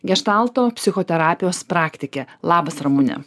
geštalto psichoterapijos praktike labas ramune